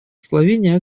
словения